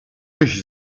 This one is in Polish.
czyś